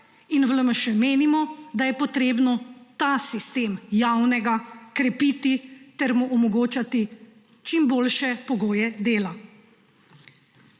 V LMŠ menimo, da je treba ta sistem javnega krepiti ter mu omogočati čim boljše pogoje dela.